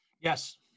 Yes